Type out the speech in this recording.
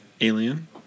Alien